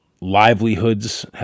livelihoods